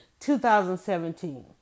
2017